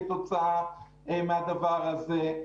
כתוצאה מהדבר הזה.